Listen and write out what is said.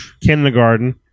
kindergarten